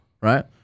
right